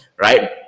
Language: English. right